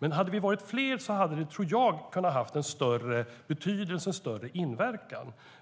det. Hade vi varit fler hade det, tror jag, kunnat ha större betydelse och större inverkan.